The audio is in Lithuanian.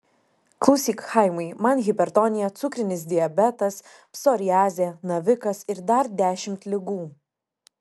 klausyk chaimai man hipertonija cukrinis diabetas psoriazė navikas ir dar dešimt ligų